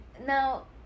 now